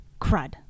Crud